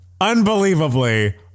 unbelievably